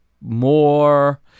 more